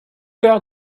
peur